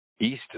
East